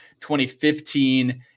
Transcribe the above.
2015